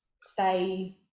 stay